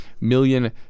million